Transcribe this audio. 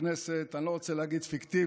שהכנסת למעשה, אני לא רוצה להגיד פיקטיבית,